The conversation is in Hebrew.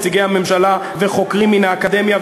נציגי הממשלה וחוקרים מן האקדמיה,